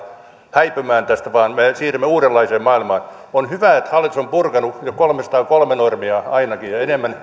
häipymään ja me siirrymme uudenlaiseen maailmaan on hyvä että hallitus on purkanut jo ainakin kolmesataakolme normia ja enemmän ja